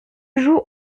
joue